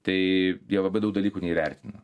tai jie labai daug dalykų neįvertina